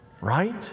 right